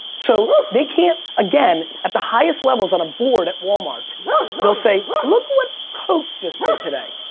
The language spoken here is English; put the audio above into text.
so they can't again at the highest levels on a board at walmart they'll say look what coke just did today.